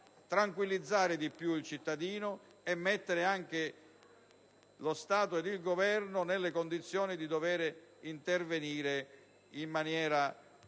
tranquillizzare il cittadino e mettere lo Stato ed il Governo nelle condizioni di intervenire in maniera